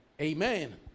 Amen